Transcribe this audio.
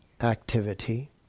activity